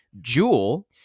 Jewel